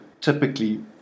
typically